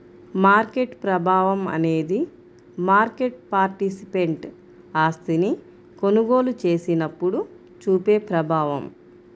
market ప్రభావం అనేది market participant ఆస్తిని కొనుగోలు చేసినప్పుడు చూపే ప్రభావం